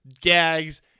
gags